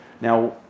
Now